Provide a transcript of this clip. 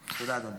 תודה, אדוני.